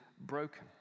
broken